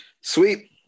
Sweet